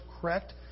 correct